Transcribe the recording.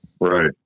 Right